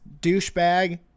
douchebag